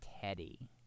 Teddy